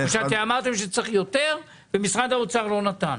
האם אמרתם שצריך יותר ומשרד האוצר לא נתן?